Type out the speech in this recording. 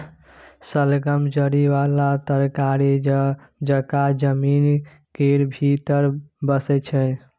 शलगम जरि बला तरकारी जकाँ जमीन केर भीतर बैसै छै